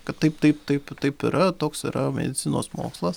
kad taip taip taip taip yra toks yra medicinos mokslas